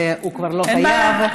הוא כבר לא חייב.